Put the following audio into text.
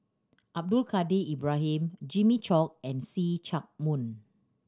Abdul Kadir Ibrahim Jimmy Chok and See Chak Mun